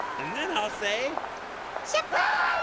and then i'll say surprise! oh,